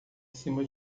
cima